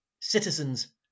citizens